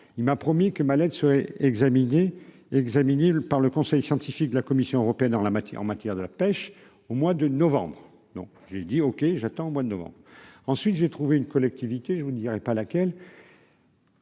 il m'a promis que lettre serait examinée examiné par le conseil scientifique de la Commission européenne en la matière, en matière de la pêche au mois de novembre, non j'ai dit OK, j'attends au mois de novembre, ensuite j'ai trouvé une collectivité, je vous dirai pas laquelle.